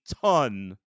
ton